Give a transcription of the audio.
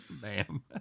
bam